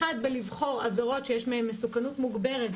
דבר אחד, לבחור עבירות שיש בהן מסוכנות מוגברת.